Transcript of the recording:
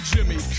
Jimmy